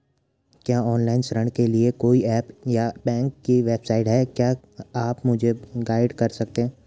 क्या ऑनलाइन ऋण के लिए कोई ऐप या बैंक की वेबसाइट है क्या आप मुझे गाइड कर सकते हैं?